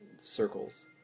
circles